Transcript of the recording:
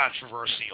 controversial